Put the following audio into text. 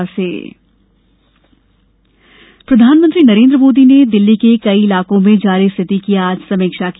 दिल्ली हिंसा पीएम प्रधानमंत्री नरेन्द्र मोदी ने दिल्ली के कई इलाकों में जारी स्थिति की आज समीक्षा की